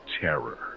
Terror